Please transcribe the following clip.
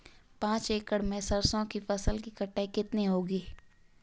पांच एकड़ में सरसों की फसल की कटाई कितनी होगी?